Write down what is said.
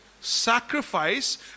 sacrifice